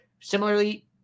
Similarly